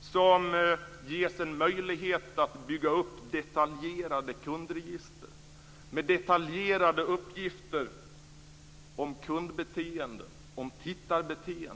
som ges en möjlighet att bygga upp detaljerade kundregister, med detaljerade uppgifter om kundbeteende och om tittarbeteende.